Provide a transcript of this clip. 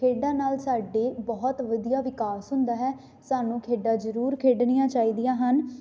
ਖੇਡਾਂ ਨਾਲ ਸਾਡੇ ਬਹੁਤ ਵਧੀਆ ਵਿਕਾਸ ਹੁੰਦਾ ਹੈ ਸਾਨੂੰ ਖੇਡਾਂ ਜ਼ਰੂਰ ਖੇਡਣੀਆਂ ਚਾਹੀਦੀਆਂ ਹਨ